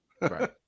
right